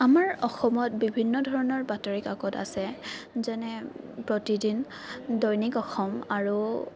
আমাৰ অসমত বিভিন্ন ধৰণৰ বাতৰি কাকত আছে যেনে প্ৰতিদিন দৈনিক অসম আৰু